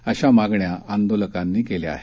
अशा मागण्या आंदोलकांनी केल्या आहेत